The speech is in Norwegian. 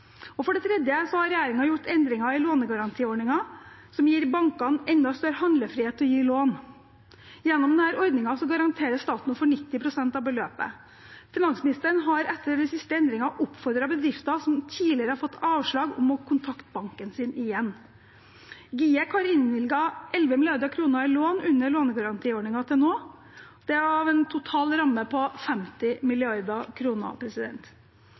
For det tredje har regjeringen gjort endringer i lånegarantiordningen som gir bankene enda større handlefrihet til å gi lån. Gjennom denne ordningen garanterer staten for 90 pst. av beløpet. Finansministeren har etter de siste endringene oppfordret bedrifter som tidligere har fått avslag, om å kontakte banken sin igjen. GIEK har innvilget 11 mrd. kr i lån under lånegarantiordningen til nå – av en total ramme på 50